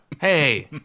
Hey